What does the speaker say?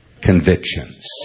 convictions